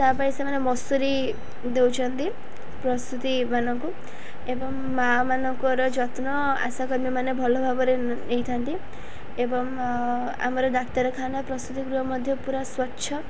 ତା ପାଇଁ ସେମାନେ ମସୁରି ଦେଉଚନ୍ତି ପ୍ରସୂତିମାନଙ୍କୁ ଏବଂ ମା ମାନଙ୍କର ଯତ୍ନ ଆଶାକର୍ମୀମାନେ ଭଲ ଭାବରେ ନେଇଥାନ୍ତି ଏବଂ ଆମର ଡାକ୍ତରଖାନା ପ୍ରସୂତି ଗୃହ ମଧ୍ୟ ପୁରା ସ୍ୱଚ୍ଛ